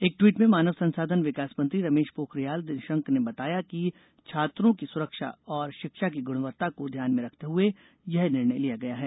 एक ट्वीट में मानव संसाधन विकास मंत्री रमेश पोखरियाल निशंक ने बताया कि छात्रों की सुरक्षा और शिक्षा की गुणवत्ता को ध्यान में रखते हुए यह निर्णय लिया गया है